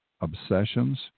obsessions